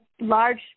large